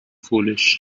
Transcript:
foolish